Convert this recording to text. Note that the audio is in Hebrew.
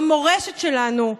במורשת שלנו,